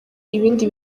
ibindi